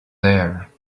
there